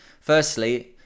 Firstly